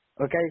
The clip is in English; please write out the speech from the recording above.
okay